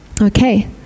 Okay